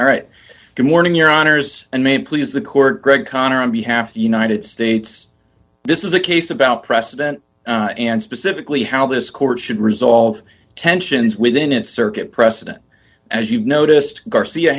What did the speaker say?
all right good morning your honour's and man please the court greg conner on behalf of the united states this is a case about precedent and specifically how this court should resolve tensions within it circuit precedent as you've noticed garcia